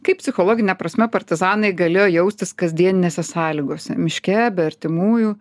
kaip psichologine prasme partizanai galėjo jaustis kasdieninėse sąlygose miške be artimųjų